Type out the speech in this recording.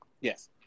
Yes